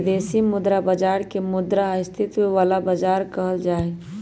विदेशी मुद्रा बाजार के मुद्रा स्थायित्व वाला बाजार कहल जाहई